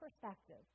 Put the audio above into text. perspective